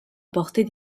portée